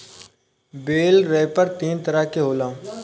बेल wrapper तीन तरह के होला